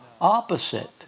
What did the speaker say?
opposite